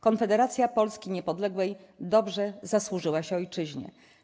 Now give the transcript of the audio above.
Konfederacja Polski Niepodległej dobrze zasłużyła się Ojczyźnie!